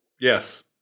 yes